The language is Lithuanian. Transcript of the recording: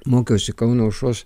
mokiausi kauno aušros